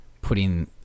putting